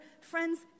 Friends